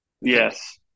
Yes